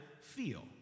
feel